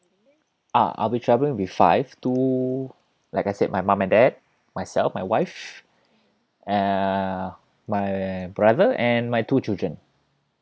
uh I'll be travel with five two like I said my mum and dad myself my wife uh my brother and my two children